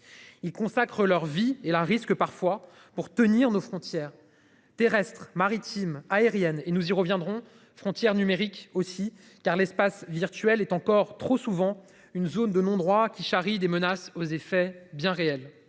Ils consacrent leur vie et là risquent parfois pour tenir nos frontières terrestres, maritimes, aériennes et nous y reviendrons frontière numérique aussi car l'espace virtuel est encore trop souvent une zone de non-droit qui charrie des menaces aux effets bien réels.